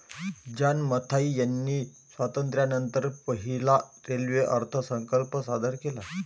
John Mathai यांनी स्वातंत्र्यानंतर पहिला रेल्वे अर्थसंकल्प सादर केला